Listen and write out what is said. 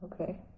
Okay